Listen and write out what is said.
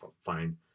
fine